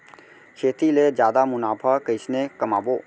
खेती ले जादा मुनाफा कइसने कमाबो?